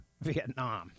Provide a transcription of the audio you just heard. Vietnam